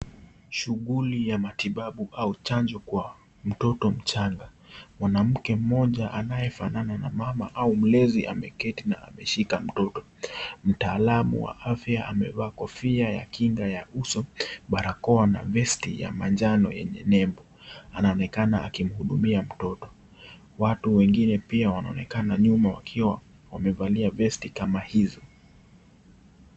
Shughuli ya matibabu au chanjo kwa mtoto mchanga. Mwanamke mmoja anayefanana na mama au mlezi ameketi na ameshika mtoto. Mtaalamu wa afya amevaa kofia ya kinga ya uso, barakoa na vest ya manjano yenye nebo. Anaonekana akimhudumia mtoto. Watu wengine pia wanaonekana nyuma wakiwa wamevalia vest kama hizo.